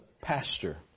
pastor